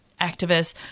activists